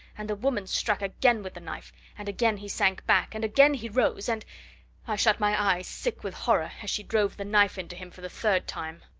and the woman struck again with the knife and again he sank back, and again he rose, and. i shut my eyes, sick with horror, as she drove the knife into him for the third time.